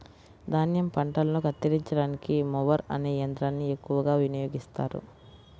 ధాన్యం పంటలను కత్తిరించడానికి మొవర్ అనే యంత్రాన్ని ఎక్కువగా వినియోగిస్తారు